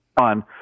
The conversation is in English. on